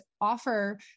offer